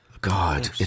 God